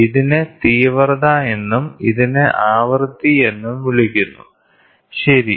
ഇതിനെ തീവ്രത എന്നും ഇതിനെ ആവൃത്തി എന്നും വിളിക്കുന്നു ശരി